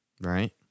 Right